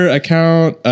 account